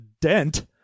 Dent